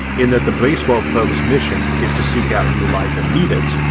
in that the bracewell probe's mission is to seek out new life and meet it,